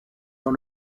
dans